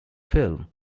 film